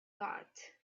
got